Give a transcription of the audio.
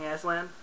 Aslan